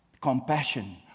Compassion